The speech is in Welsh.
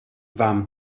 fam